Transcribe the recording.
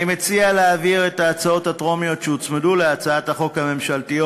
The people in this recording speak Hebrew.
אני מציע להעביר את ההצעות הטרומיות שהוצמדו להצעת החוק הממשלתית